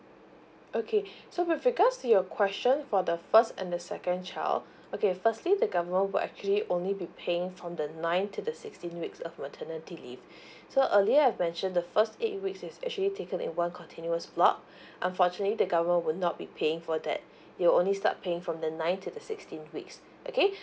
okay so with regards to your question for the first and the second child okay firstly the government will actually only be paying from the nine to the sixteen weeks of maternity leave so earlier I've mentioned the first eight weeks is actually taken in one continuous block unfortunately the government will not be paying for that you're only start paying from the nine to sixteen weeks okay